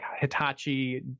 Hitachi